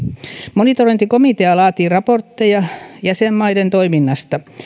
monitorointikomitea laatii raportteja jäsenmaiden toiminnasta